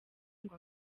ngo